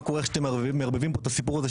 מה קורה איך שאתם מערבבים פה את הסיפור של